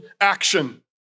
action